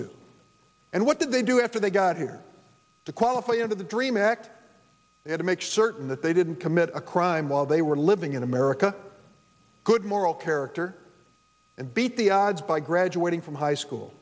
to and what did they do after they got here to qualify under the dream act to make certain that they didn't commit a crime while they were living in america good moral character and beat the odds by graduating from high school